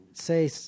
say